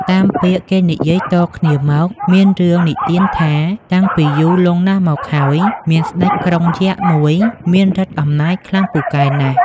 តាមពាក្យគេនិយាយតគ្នាមក មានរឿងនិទានថា តាំងពីយូរលង់ណាស់មកហើយ មានស្ដេចក្រុងយក្ខមួយ មានឫទ្ធិអំណាចខ្លាំងពូកែណាស់។